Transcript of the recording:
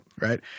Right